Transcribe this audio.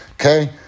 Okay